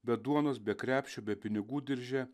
be duonos be krepšio be pinigų dirže